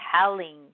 telling